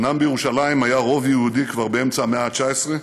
אומנם בירושלים היה רוב יהודי כבר באמצע המאה ה-19,